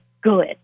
good